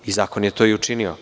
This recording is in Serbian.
Zakon je to i učinio.